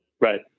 Right